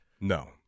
No